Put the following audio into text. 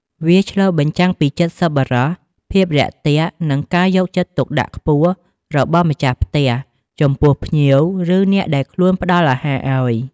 វាឆ្លុះបញ្ចាំងពីចិត្តសប្បុរស ភាពរាក់ទាក់ និងការយកចិត្តទុកដាក់ខ្ពស់របស់ម្ចាស់ផ្ទះចំពោះភ្ញៀវ ឬអ្នកដែលខ្លួនផ្តល់អាហារឲ្យ។